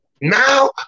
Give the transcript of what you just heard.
now